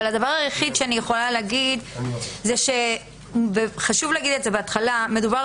הדבר היחיד שאני יכולה להגיד וחשוב להגיד אותו בהתחלה הוא שמדובר